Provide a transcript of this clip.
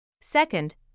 Second